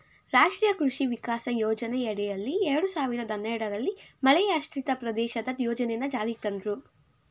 ರಾಷ್ಟ್ರೀಯ ಕೃಷಿ ವಿಕಾಸ ಯೋಜನೆಯಡಿಯಲ್ಲಿ ಎರಡ್ ಸಾವಿರ್ದ ಹನ್ನೆರಡಲ್ಲಿ ಮಳೆಯಾಶ್ರಿತ ಪ್ರದೇಶದ ಯೋಜನೆನ ಜಾರಿಗ್ ತಂದ್ರು